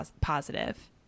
positive